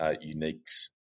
unique's